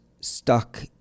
stuck